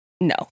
No